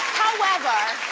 however,